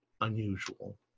unusual